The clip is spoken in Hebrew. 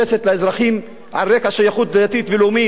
לאזרחים על רקע שייכות דתית ולאומית,